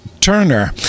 Turner